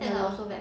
ya